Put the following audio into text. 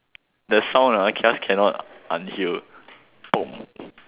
the sound ah just cannot unhear